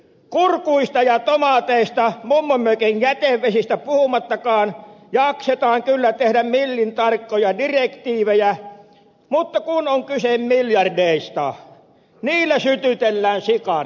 kurkuista ja tomaateista mummonmökin jätevesistä puhumattakaan jaksetaan kyllä tehdä millintarkkoja direktiivejä mutta kun on kyse miljardeista niillä sytytellään sikareita